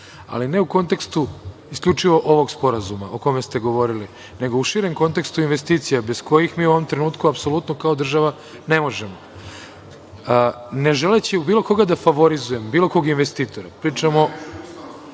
ali ne u kontekstu isključivo ovog sporazuma o kome ste govorili nego u širem kontekstu investicija bez kojih mi u ovom trenutku apsolutno kao država ne možemo. Ne želeći da bilo koga favorizujemo, bilo kog investitora, pričamo